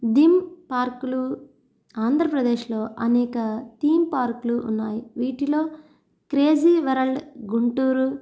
theme parks ఆంధ్రప్రదేశ్లో అనేక theme parks ఉన్నాయి వీటిలో క్రేజీ వరల్డ్ గుంటూరు